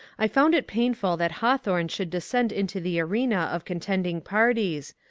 i found it painful that hawthorne should descend into the arena of contending par ties,